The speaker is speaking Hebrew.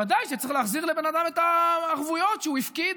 ודאי שצריך להחזיר לבן אדם את הערבויות שהוא הפקיד.